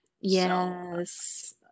Yes